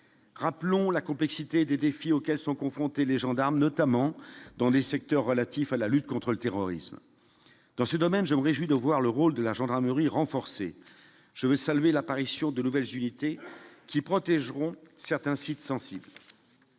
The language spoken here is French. rappelons la complexité des défis auxquels sont confrontés les gendarmes notamment dans les secteurs relatif à la lutte contre le terrorisme dans ce domaine, je me réjouis de voir le rôle de la gendarmerie renforcés : je veux saluer l'apparition de nouvelles unités qui protégeront certains sites sensibles,